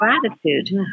gratitude